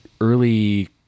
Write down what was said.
early